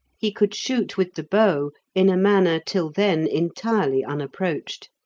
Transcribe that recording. he could shoot with the bow in a manner till then entirely unapproached.